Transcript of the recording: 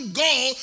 goal